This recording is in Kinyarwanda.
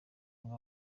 ngo